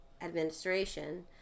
administration